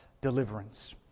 deliverance